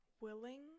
willing